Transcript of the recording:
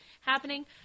happening